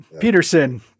Peterson